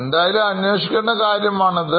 എന്തായാലും അന്വേഷിക്കേണ്ട ഒരു കാര്യമാണിത്